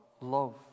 love